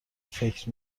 فکر